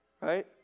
right